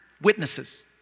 witnesses